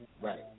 right